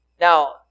Now